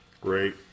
Great